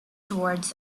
towards